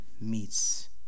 meets